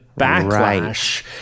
backlash